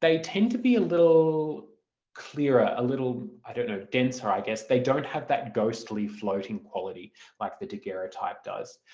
they tend to be a little clearer, a little i don't know, denser, i guess. they don't have that ghostly floating quality like the daguerreotype does.